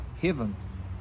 heaven